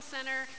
Center